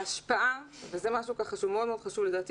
ההשפעה וזה משהו שהוא מאוד מאוד חשוב לדעתי